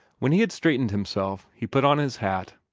when he had straightened himself, he put on his hat,